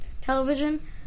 television